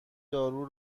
دارو